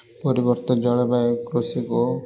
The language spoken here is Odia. ପରିବର୍ତ୍ତନ ଜଳବାୟୁ କୃଷିକୁ